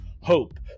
Hope